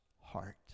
heart